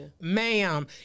ma'am